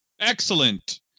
Excellent